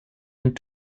and